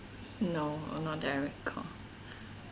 no uh no direct call